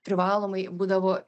privalomai būdavo